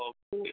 okay